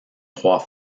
trois